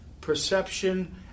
perception